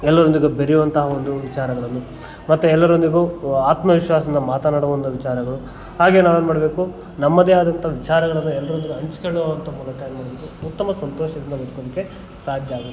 ಎಲ್ಲರೊಂದಿಗೂ ಬೆರೆಯುವಂತಹ ಒಂದು ವಿಚಾರಗಳನ್ನು ಮತ್ತೆ ಎಲ್ಲರೊಂದಿಗೂ ಆತ್ಮವಿಶ್ವಾಸದಿಂದ ಮಾತನಾಡುವಂಥ ವಿಚಾರಗಳು ಹಾಗೆ ನಾವೇನು ಮಾಡಬೇಕು ನಮ್ಮದೇ ಆದಂತಹ ವಿಚಾರಗಳನ್ನು ಎಲ್ಲರೊಂದಿಗೆ ಹಂಚ್ಕೊಳ್ಳುವಂಥ ಮೂಲಕ ಏನು ಮಾಡಬೇಕು ಉತ್ತಮ ಸಂತೋಷದಿಂದ ಬದುಕೋದಕ್ಕೆ ಸಾಧ್ಯ ಆಗುತ್ತೆ